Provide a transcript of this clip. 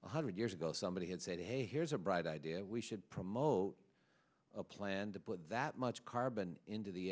one hundred years ago somebody had said hey here's a bright idea we should promote a plan to put that much carbon into the